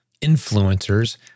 influencers